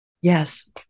Yes